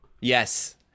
Yes